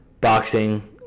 boxing